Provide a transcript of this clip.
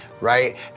right